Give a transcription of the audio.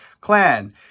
clan